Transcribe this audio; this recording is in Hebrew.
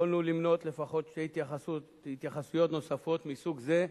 יכולנו למנות לפחות שתי התייחסויות נוספות מסוג זה,